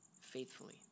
faithfully